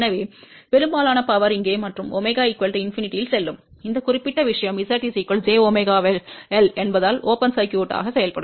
எனவே பெரும்பாலான சக்தி இங்கே மற்றும் ɷ ∞ இல் செல்லும் இந்த குறிப்பிட்ட விஷயம் z jωL என்பதால் திறந்த சுற்றுகளாக செயல்படும்